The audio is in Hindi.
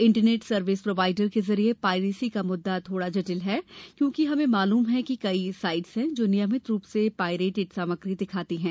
इंटरनेट सर्विस प्रोवाइडर के जरिए पाइरेसी का मुद्दा थोड़ा जटिल है क्योंकि हमें मालूम है कि कई साइट्स हैं जो नियमित रूप से पाइरेटेड सामग्री दिखाती हैं